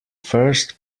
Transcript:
first